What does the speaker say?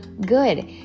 good